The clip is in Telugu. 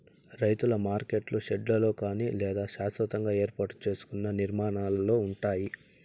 రైతుల మార్కెట్లు షెడ్లలో కానీ లేదా శాస్వతంగా ఏర్పాటు సేసుకున్న నిర్మాణాలలో ఉంటాయి